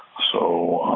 so